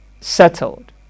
Settled